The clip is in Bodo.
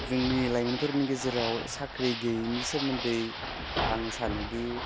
जोंनि लाइमोनफोरनि गेजेराव साख्रि गैयैनि सोमोन्दै आं सानोदि